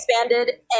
Expanded